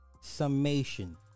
summation